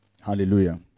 Hallelujah